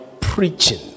preaching